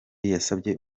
yasabye